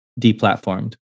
deplatformed